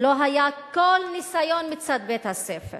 לא היה כל ניסיון מצד בית-הספר